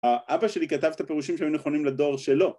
‫אבא שלי כתב את הפירושים ‫שהיו נכונים לדור שלו.